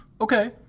Okay